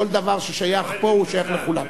כל דבר ששייך לפה שייך לכולם.